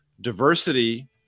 diversity –